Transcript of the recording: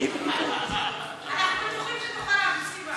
אין בעיה.